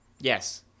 Yes